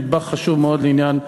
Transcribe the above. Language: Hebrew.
נדבך חשוב מאוד לעניין הנשיאה.